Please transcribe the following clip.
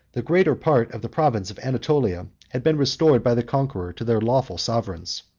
the greatest part of the province of anatolia had been restored by the conqueror to their lawful sovereigns.